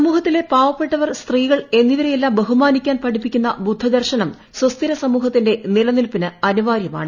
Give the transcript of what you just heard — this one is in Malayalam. സമൂഹത്തിലെ പാവപ്പെട്ടവർ സ്ത്രീകൾ എന്നിവരെയെല്ലാം ബഹുമാനിക്കാൻ പഠിപ്പിക്കുന്ന ബുദ്ധദർശനം സുസ്ഥിര സമൂഹത്തിന്റെ നിലനിൽപ്പിന് അനിവാര്യമാണ്